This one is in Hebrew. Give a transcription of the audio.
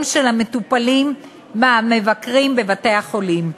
של המטופלים המבקרים בבתי-החולים.